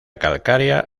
calcárea